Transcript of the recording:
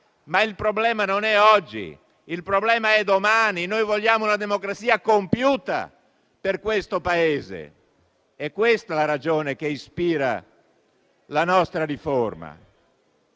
Ma il problema non è oggi: il problema è domani. Noi vogliamo una democrazia compiuta per questo Paese. È questa la ragione che ispira la nostra riforma.